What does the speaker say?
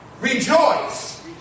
Rejoice